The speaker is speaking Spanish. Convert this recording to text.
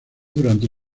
durante